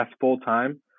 full-time